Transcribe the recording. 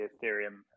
Ethereum